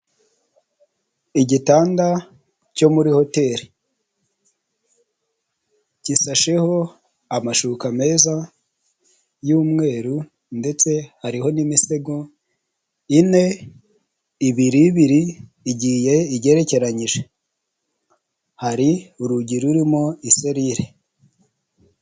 Igitanda cyo muri hoteri gisasheho amashuka meza y'umweru ndetse hariho n'imisego ine, ibiri biri igiye igerekeranyije, hari urugi rurimo iserire.